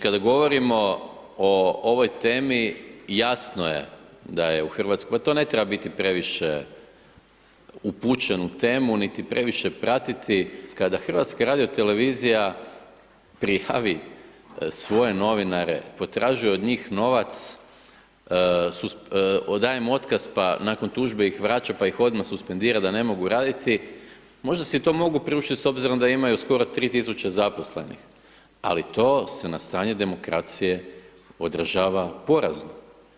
Kada govorimo o ovoj temi, jasno je da je u Hrvatskoj, pa to ne treba biti previše upućen u temu, niti previše pratiti, kada HRT prijavi svoje novinare, potražuje od njih novac, daje mu otkaz, pa nakon tužbe ih vraća, pa ih onda suspendira da ne mogu raditi, možda si to mogu priuštiti s obzirom da imaju skoro 3 tisuće zaposlenih, ali to se na stanje demokracije odražava porazom.